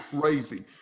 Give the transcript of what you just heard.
crazy